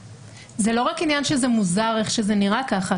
זה לא רק עניין שזה מוזר איך שזה נראה כך.